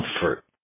comfort